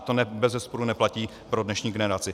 To bezesporu neplatí pro dnešní generaci.